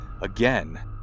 Again